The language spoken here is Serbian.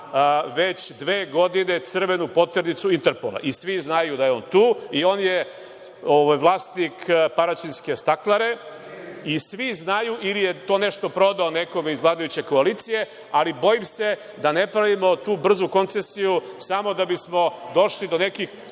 već dve godine crvenu poternicu Interpola. Svi znaju da je on tu i on je vlasnik paraćinske staklare i svi znaju, ili je to nešto prodao nekome iz vladajuće koalicije, ali bojim se da ne pravimo tu brzu koncesiju samo da bismo došli do nekih